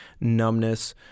numbness